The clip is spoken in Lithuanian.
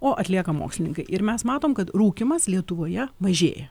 o atlieka mokslininkai ir mes matom kad rūkymas lietuvoje mažėja